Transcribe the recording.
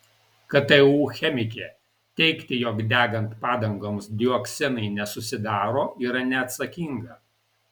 ktu chemikė teigti jog degant padangoms dioksinai nesusidaro yra neatsakinga